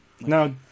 now